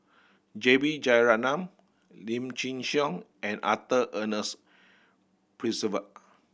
J B Jeyaretnam Lim Chin Siong and Arthur Ernest Percival